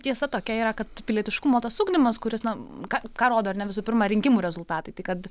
tiesa tokia yra kad pilietiškumo tas ugdymas kuris na ką ką rodo ar ne visų pirma rinkimų rezultatai tai kad